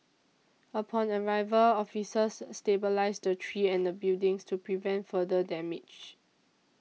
upon arrival officers stabilised the tree and buildings to prevent further damage